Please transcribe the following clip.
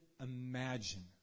imagine